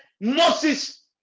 Moses